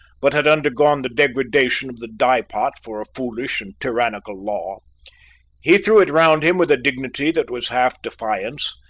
but had undergone the degradation of the dye-pot for a foolish and tyrannical law he threw it round him with a dignity that was half defiance,